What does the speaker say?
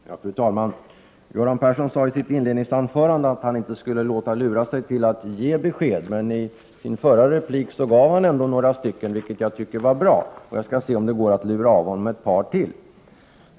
Prot. 1988/89:63 Fru talman! Göran Persson sade i sitt inledningsanförande att han inte 8 februari 1989 skulle låta lura sig att ge besked. Han gav ändå några — vilket var bra — och jag skall se om det går att lura av honom ett par till.